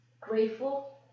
grateful